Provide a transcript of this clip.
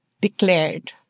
declared